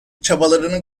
çabalarının